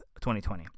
2020